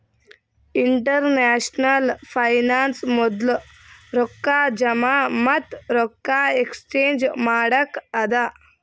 international finance ಮೊದ್ಲು ರೊಕ್ಕಾ ಜಮಾ ಮತ್ತ ರೊಕ್ಕಾ ಎಕ್ಸ್ಚೇಂಜ್ ಮಾಡಕ್ಕ ಅದಾ